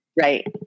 Right